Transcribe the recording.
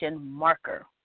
marker